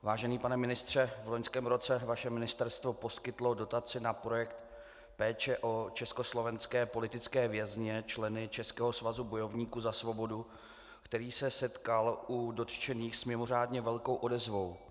Vážený pane ministře, v loňském roce vaše ministerstvo poskytlo dotaci na projekt Péče o československé politické vězně, členy Českého svazu bojovníků za svobodu, který se setkal u dotčených s mimořádně velkou odezvou.